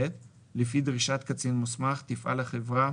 לפי דרישת קצין מוסמך, תפעל החברה